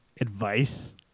advice